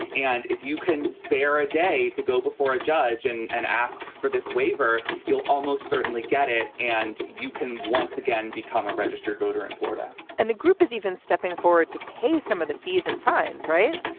and if you can spare a day to go before a judge and and ask for this waiver, you'll almost certainly get it. and you can once again become a registered voter in florida and the group is even stepping forward to pay some of the fees and fines, right?